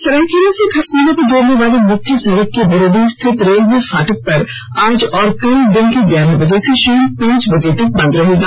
सरायकेला से खरसावां को जोड़ने वाली मुख्य सड़क के बुरुडीह स्थित रेलवे फाटक पर आज और कल दिन के ग्यारह बजे से शाम पांच बजे तक बंद रहेगा